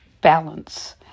balance